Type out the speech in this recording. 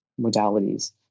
modalities